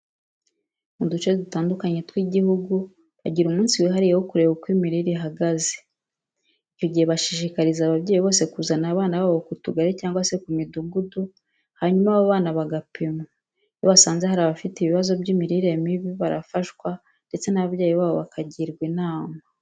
Mu duce dutandukanye tw'Igihugu bagira umunsi wihariye wo kureba uko imirire ihagaze. Icyo gihe bashishikariza ababyeyi bose kuzana abana babo ku tugari cyangwa se ku midugudu hanyuma abo bana bagapimwa. Iyo basanze hari abafite ibibazo by'imirire mibi, barafashwa ndetse n'ababyeyi babo bakagirwa inama.